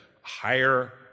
higher